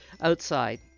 outside